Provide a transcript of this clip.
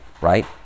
Right